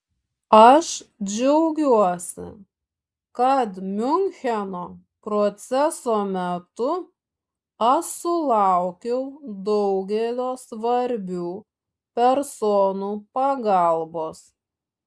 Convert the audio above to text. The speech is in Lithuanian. aš džiaugiuosi kad miuncheno proceso metu aš sulaukiau daugelio svarbių personų pagalbos